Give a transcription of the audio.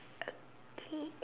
okay